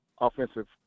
offensive